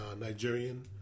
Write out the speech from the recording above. Nigerian